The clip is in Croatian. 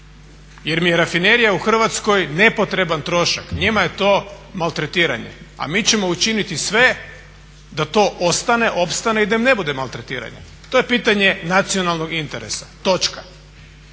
jer mi je rafinerija u Hrvatskoj nepotreban trošak, njima je to maltretiranje. A mi ćemo učiniti sve da to ostane, opstane i da im ne bude maltretiranje. To je pitanje nacionalnog interesa, točka.